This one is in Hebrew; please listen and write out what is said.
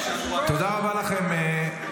תודה רבה --- אל תלכי, קטי.